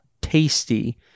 tasty